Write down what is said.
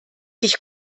dich